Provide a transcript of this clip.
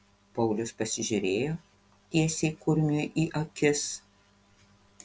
paulius pasižiūrėjo tiesiai kurmiui į akis